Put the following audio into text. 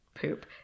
poop